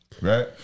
Right